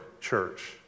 church